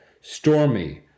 stormy